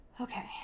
Okay